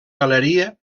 galeria